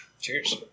Cheers